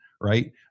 right